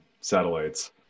satellites